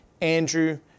Andrew